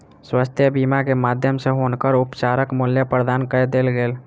स्वास्थ्य बीमा के माध्यम सॅ हुनकर उपचारक मूल्य प्रदान कय देल गेल